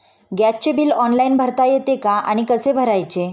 गॅसचे bill online भरता येते का आणि कसे भरायचे?